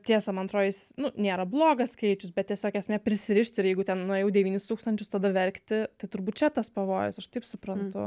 tiesa man atrodo jis nėra blogas skaičius bet tiesiog esmė prisirišt ir jeigu ten nuėjau devynis tūkstančius tada verkti tai turbūt čia tas pavojus aš taip suprantu